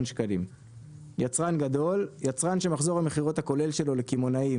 שקלים חדשים ; "יצרן גדול" יצרן שמחזור המכירות הכולל שלו לקמעונאים,